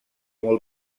molt